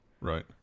Right